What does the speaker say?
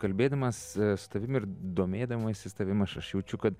kalbėdamas su tavim ir domėdamasis tavim aš aš jaučiu kad